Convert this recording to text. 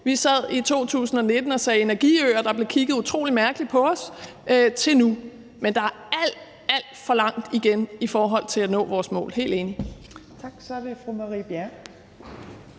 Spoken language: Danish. vi sad i 2019 og talte om energiøer og der blev kigget utrolig mærkeligt på os, og til nu. Men der er alt, alt for langt igen i forhold til at nå vores mål – jeg